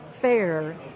fair